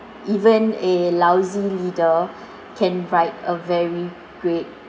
even a lousy leader can write a very great